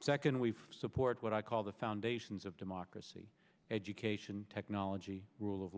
second we've supported what i call the foundations of democracy education technology rule of